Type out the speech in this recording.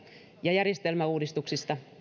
ja järjestelmäuudistuksista